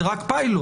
זה רק פילוט.